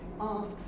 ask